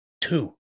Two